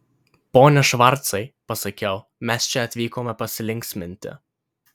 pone švarcai pasakiau mes čia atvykome pasilinksminti